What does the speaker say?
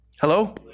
Hello